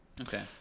Okay